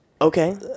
Okay